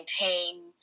maintain